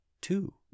two